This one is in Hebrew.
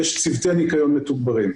יש צוותי ניקיון מתוגברים.